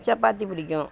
சப்பாத்தி பிடிக்கும்